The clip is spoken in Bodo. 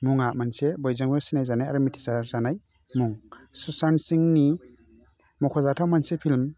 मुंआ मोनसे बयजोंबो सिनाय जानाय आरो मिथिसार जानाय मुं सुशांत सिंहनि मख'जाथाव मोनसे फिल्म